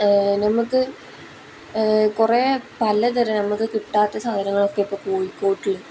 നമുക്ക് കുറേ പലതരം നമുക്ക് കിട്ടാത്ത സാധനങ്ങളൊക്കെ ഇപ്പം കോഴിക്കോട്ടിൽ